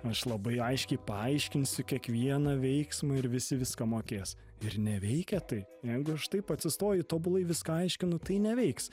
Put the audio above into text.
aš labai aiškiai paaiškinsiu kiekvieną veiksmą ir visi viską mokės ir neveikia tai jeigu aš taip atsistoju tobulai viską aiškinu tai neveiks